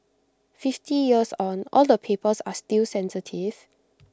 fifty years on all the papers are still sensitive